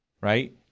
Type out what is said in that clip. Right